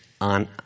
on